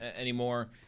anymore